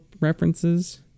references